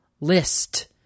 list